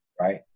right